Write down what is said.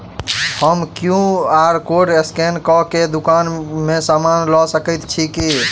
हम QR code scan कऽ केँ दुकान मे समान लऽ सकैत छी की?